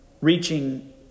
reaching